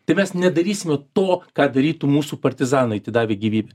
tai mes nedarysime to ką darytų mūsų partizanai atidavę gyvybę